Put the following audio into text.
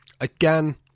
again